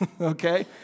okay